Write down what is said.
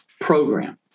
program